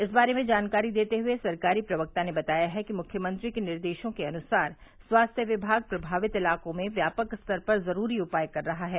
इस बारे में जानकारी देते हुए सरकारी प्रवक्ता ने बताया है कि मुख्यमंत्री के निर्देशों के अनुसार स्वास्थ्य विभाग प्रभावित इलाकों में व्यापक स्तर पर ज़रूरी उपाय कर रहा है